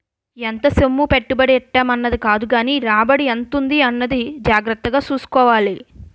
ఎంత సొమ్ము పెట్టుబడి ఎట్టేం అన్నది కాదుగానీ రాబడి ఎంతుంది అన్నది జాగ్రత్తగా సూసుకోవాలి